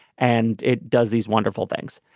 and it does these wonderful things.